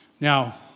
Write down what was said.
Now